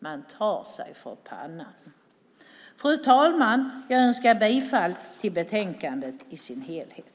Man tar sig för pannan! Fru talman! Jag yrkar bifall till förslagen i betänkandet i sin helhet.